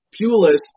Pulis